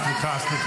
זו הזיה.